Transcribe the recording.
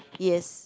ya